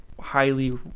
highly